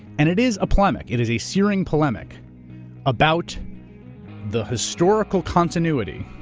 and it is a polemic. it is a searing polemic about the historical continuity,